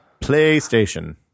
PlayStation